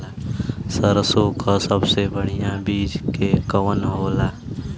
सरसों क सबसे बढ़िया बिज के कवन होला?